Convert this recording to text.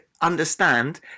understand